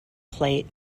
plate